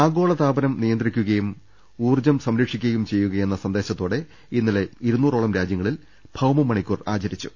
ആഗോളതാപനം നിയന്ത്രിക്കുകയും ഊർജം സംരക്ഷിക്കുകയും ചെയ്യുകയെന്ന സന്ദേശത്തോടെ ഇന്നലെ ഇരുന്നൂറോളം രാജ്യങ്ങ ളിൽ ഭൌമ മണിക്കൂർ ആചരിച്ചു